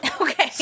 Okay